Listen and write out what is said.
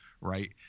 right